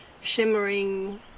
shimmering